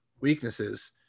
weaknesses